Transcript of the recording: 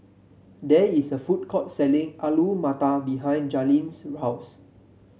there is a food court selling Alu Matar behind Jalynn's house